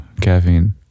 caffeine